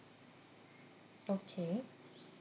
okay